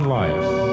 life